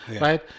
Right